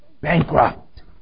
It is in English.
bankrupt